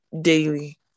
daily